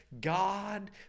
God